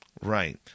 Right